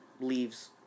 leaves